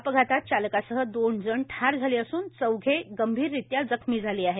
अपघातात चालकासह दोन जण ठार झाले असून चौघे गंभीररीत्या जखमी झाले आहे